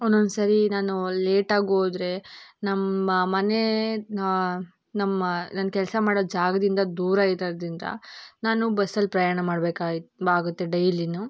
ಒಂದೊಂದು ಸರಿ ನಾನು ಲೇಟಾಗಿ ಹೋದ್ರೆ ನಮ್ಮ ಮನೆ ನಮ್ಮ ನಾನು ಕೆಲಸ ಮಾಡೊ ಜಾಗದಿಂದ ದೂರ ಇರೊದರಿಂದ ನಾನು ಬಸ್ಸಲ್ಲಿ ಪ್ರಯಾಣ ಮಾಡ್ಬೇಕಾಗಿ ಆಗುತ್ತೆ ಡೈಲಿಯೂ